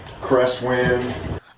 Crestwind